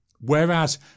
Whereas